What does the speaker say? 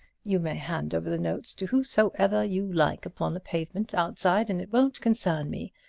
you may hand over the notes to whosoever you like upon the pavement outside and it won't concern me.